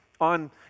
on